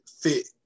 fit